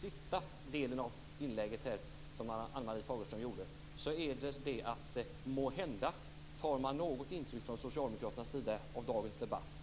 sista delen av Ann-Marie Fagerströms senaste inlägg här kan jag säga att man från socialdemokraternas sida måhända något tar intryck av dagens debatt.